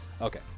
Okay